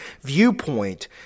viewpoint